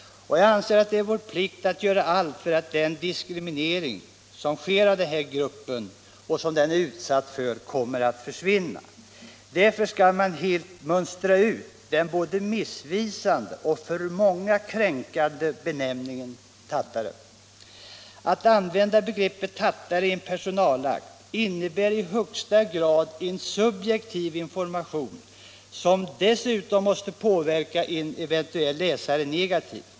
Det är vår plikt att göra allt för att den diskriminering som denna grupp är utsatt för skall försvinna. Därför skall man helt mönstra ut den både missvisande och för många kränkande benämningen tattare. Att använda begreppet tattare i en personakt innebär i högsta grad en subjektiv information, som dessutom måste påverka en eventuell läsare negativt.